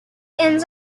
ends